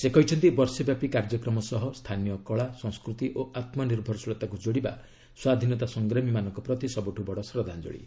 ସେ କହିଛନ୍ତି ବର୍ଷେ ବ୍ୟାପି କାର୍ଯ୍ୟକ୍ରମ ସହ ସ୍ଥାନୀୟ କଳା ସଫ୍କୃତି ଓ ଆତ୍ମନିର୍ଭରଶୀଳତାକୁ ଯୋଡ଼ିବା ସ୍ୱାଧୀନତା ସଂଗ୍ରାମୀମାନଙ୍କ ପ୍ରତି ସବୁଠୁ ବଡ଼ ଶ୍ରଦ୍ଧାଞ୍ଜଳୀ